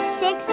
six